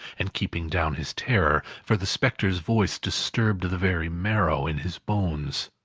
and keeping down his terror for the spectre's voice disturbed the very marrow in his bones.